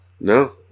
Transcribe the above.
No